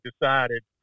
decided